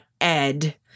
Ed